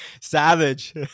Savage